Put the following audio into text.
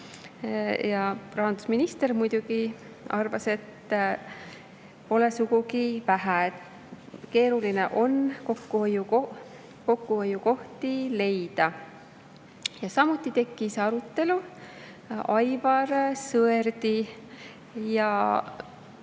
ja rahandusminister muidugi arvas, et pole sugugi vähe, keeruline on kokkuhoiukohti leida. Samuti tekkis arutelu Aivar Sõerdi ja